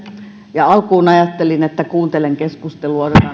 ja alkuun ajattelin että kuuntelen keskustelua ja odotan